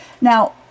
Now